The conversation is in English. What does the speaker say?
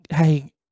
Hey